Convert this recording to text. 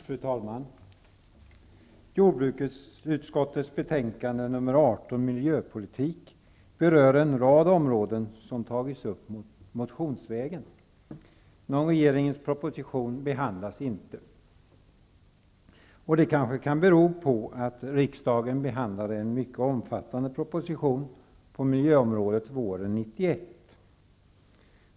Fru talman! Jordbruksutskottetbetänkande 1991/92:JoU18 Miljöpolitik berör en rad områden som tagits upp motionsvägen. Det finns inte någon regeringsproposition som behandlas. Det kan kanske bero på att riksdagen behandlade en mycket omfattande proposition på miljöområdet våren 1991.